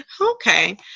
Okay